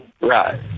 Right